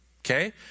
Okay